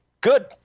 good